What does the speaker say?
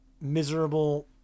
miserable